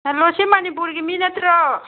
hello ꯁꯤ ꯃꯅꯤꯄꯨꯔꯒꯤ ꯃꯤ ꯅꯠꯇ꯭ꯔꯣ